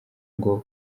ngo